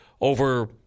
over